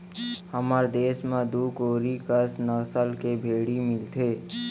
हमर देस म दू कोरी कस नसल के भेड़ी मिलथें